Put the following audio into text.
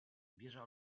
wieża